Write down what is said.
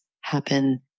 happen